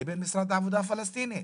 לבין משרד העבודה הפלסטיני.